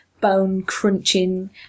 bone-crunching